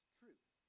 truth